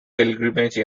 pilgrimage